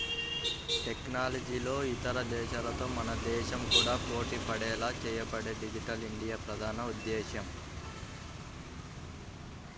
టెక్నాలజీలో ఇతర దేశాలతో మన దేశం కూడా పోటీపడేలా చేయడమే డిజిటల్ ఇండియా ప్రధాన ఉద్దేశ్యం